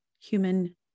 human